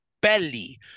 Belly